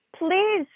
Please